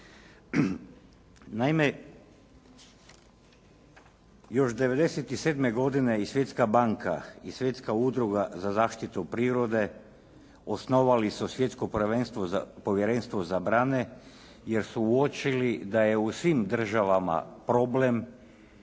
Naime, još 97. godine i Svjetska banka i Svjetska udruga za zaštitu prirode osnovali su svjetsko povjerenstvo zabrane jer su uočili da je u svim državama problem